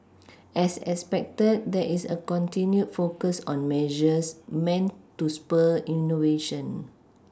as expected there is a continued focus on measures meant to spur innovation